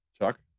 chuck